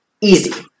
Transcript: Easy